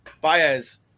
Baez